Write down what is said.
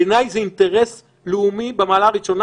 בעיני זה אינטרס לאומי במעלה הראשונה